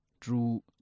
true